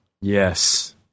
Yes